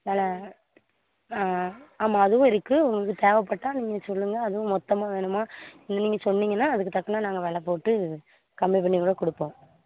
விலை ஆ ஆமாம் அதுவும் இருக்குது உங்களுக்கு தேவைபட்டா நீங்கள் சொல்லுங்க அதுவும் மொத்தமாக வேணுமா இல்லை நீங்கள் சொன்னிங்கன்னால் அதுக்கு தகுந்த நாங்கள் விலை போட்டு கம்மி பண்ணி கூட கொடுப்போம்